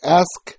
ask